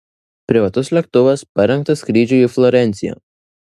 privatus lėktuvas parengtas skrydžiui į florenciją